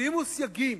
שימו סייגים.